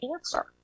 answer